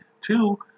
Two